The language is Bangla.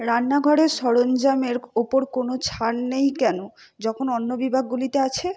রান্নাঘরের সরঞ্জামের ওপর কোনো ছাড় নেই কেন যখন অন্য বিভাগগুলিতে আছে